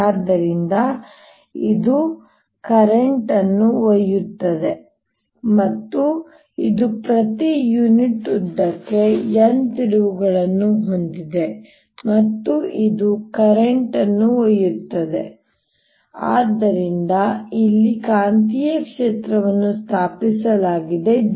ಆದ್ದರಿಂದ ಇದು current I ಅನ್ನು ಒಯ್ಯುತ್ತದೆ ಮತ್ತು ಇದು ಪ್ರತಿ ಯೂನಿಟ್ ಉದ್ದಕ್ಕೆ n ತಿರುವುಗಳನ್ನು ಹೊಂದಿದೆ ಮತ್ತು ಇದು ಕರೆಂಟ್ I ಅನ್ನು ಒಯ್ಯುತ್ತದೆ ಆದ್ದರಿಂದ ಇಲ್ಲಿ ಕಾಂತೀಯ ಕ್ಷೇತ್ರವನ್ನು ಸ್ಥಾಪಿಸಲಾಗಿದೆ b